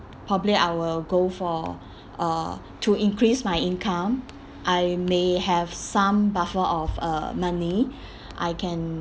probably I will go for uh to increase my income I may have some buffer of uh money I can